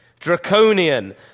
Draconian